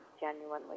genuinely